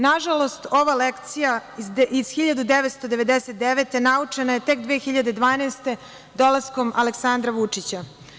Nažalost, ova lekcija iz 1999. godine naučena je tek 2012. godine, dolaskom Aleksandra Vučića.